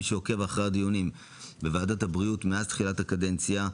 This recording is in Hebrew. מי שעוקב אחר הדיונים בוועדת הבריאות מאז תחילת הקדנציה,